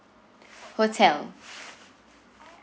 hotel